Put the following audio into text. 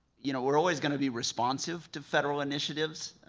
you know, we are always going to be response youive to federal initiatives.